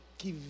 que